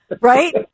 right